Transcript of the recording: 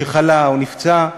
אדם שחלה או נפצע,